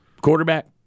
Quarterback